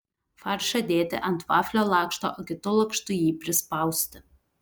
faršą dėti ant vaflio lakšto o kitu lakštu jį prispausti